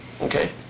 Okay